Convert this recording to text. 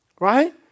right